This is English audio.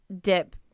dip